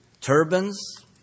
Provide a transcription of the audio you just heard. turbans